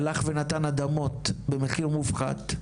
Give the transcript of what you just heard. הלך ונתן אדמות במחיר מופחת,